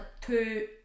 two